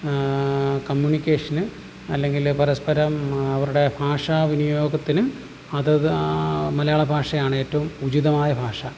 കമ്മ്യൂണിക്കേഷന് അല്ലെങ്കിൽ പരസ്പരം അവരുടെ ഭാഷ വിനിയോഗത്തിന് അതത് മലയാളഭാഷയാണ് ഏറ്റവും ഉചിതമായ ഭാഷ